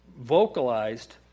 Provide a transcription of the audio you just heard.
vocalized